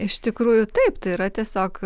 iš tikrųjų taip tai yra tiesiog